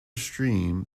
stream